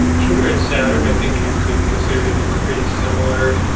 jupiter and saturn, i think you could consider to be pretty similar.